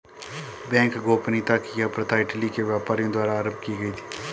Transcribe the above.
bank गोपनीयता की यह प्रथा इटली के व्यापारियों द्वारा आरम्भ की गयी थी